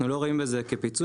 אנחנו לא רואים בזה כפיצוי,